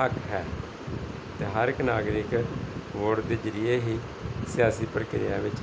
ਹੱਕ ਹੈ ਅਤੇ ਹਰ ਇਕ ਨਾਗਰਿਕ ਵੋਟ ਦੇ ਜ਼ਰੀਏ ਹੀ ਸਿਆਸੀ ਪ੍ਰਕਿਰਿਆ ਵਿੱਚ